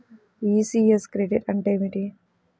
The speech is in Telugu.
ఈ.సి.యస్ క్రెడిట్ అంటే ఏమిటి?